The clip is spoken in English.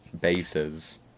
bases